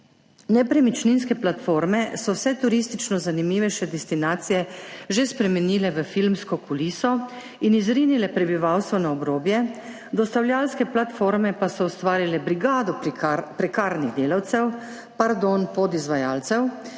Nepremičninske platforme so vse turistično zanimivejše destinacije že spremenile v filmsko kuliso in izrinile prebivalstvo na obrobje, dostavljalske platforme pa so ustvarile brigado prekarnih delavcev, pardon, podizvajalcev